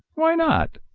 why not?